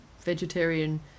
vegetarian